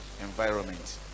environment